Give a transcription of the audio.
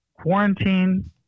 quarantine